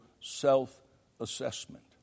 self-assessment